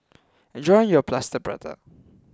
enjoy your Plaster Prata